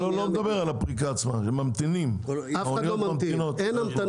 אני לא מדבר על הפריקה עצמה, על ההמתנה.